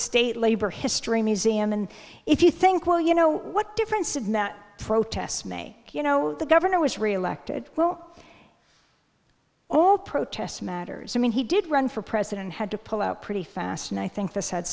state labor history museum and if you think well you know what difference in that protest me you know the governor was reelected well all protest matters i mean he did run for president had to pull out pretty fast and i think this ha